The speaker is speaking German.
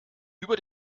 über